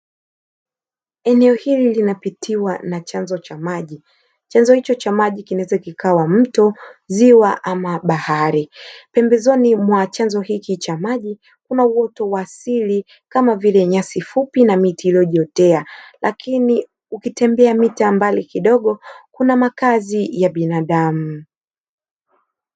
Eneo hili linapitiwa na chanzo cha maji. Chanzo hicho cha maji kinaweza kikawa mto, ziwa ama bahari, pembezoni mwa chanzo hiki cha maji kuna chanzo asili kama vile nyasi fupi na miti iliyojiotea, lakini ukitembea mita mbali kidogo kuna makazi ya binadamu.